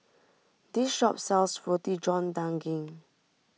this shop sells Roti John Daging